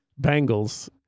Bengals